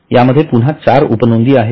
यामध्ये पुन्हा चार उपनोंदी आहेत